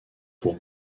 pour